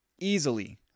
easily